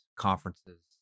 conferences